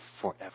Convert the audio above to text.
forever